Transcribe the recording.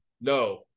no